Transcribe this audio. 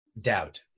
Doubt